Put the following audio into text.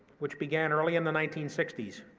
which began early in the nineteen sixty s,